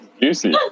Juicy